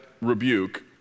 rebuke